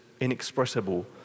inexpressible